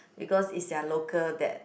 because it's their local that